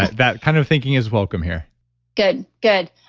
that kind of thinking is welcome here good, good.